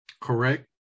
Correct